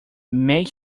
make